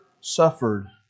suffered